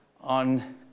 on